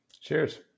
Cheers